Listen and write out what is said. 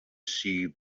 see